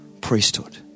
priesthood